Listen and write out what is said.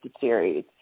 series